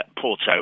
Porto